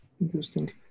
Interesting